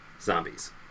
zombies